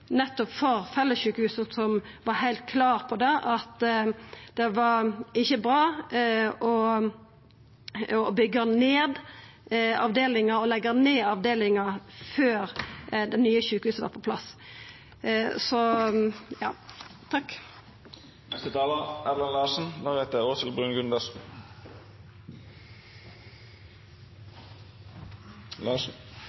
for nettopp fellessjukehusa som var heilt klar på at det ikkje var bra å byggja ned avdelinga og leggja ned avdelinga før det nye sjukehuset var på plass.